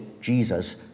Jesus